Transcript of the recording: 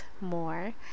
more